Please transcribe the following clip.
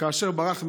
כאשר ברח מהרומאים,